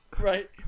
Right